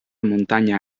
muntanya